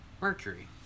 Mercury